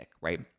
right